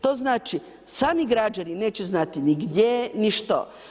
To znači, sami građani neće znati ni gdje ni što.